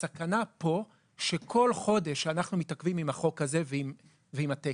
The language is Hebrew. הסכנה פה היא שכל חודש אנחנו מתעכבים עם החוק הזה ועם התקן,